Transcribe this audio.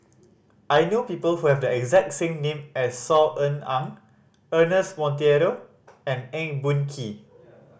I know people who have the exact same name as Saw Ean Ang Ernest Monteiro and Eng Boh Kee